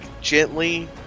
gently